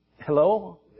Hello